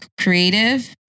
creative